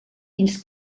fins